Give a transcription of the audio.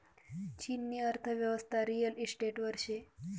चीननी अर्थयेवस्था रिअल इशटेटवर शे